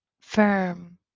firm